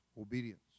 obedience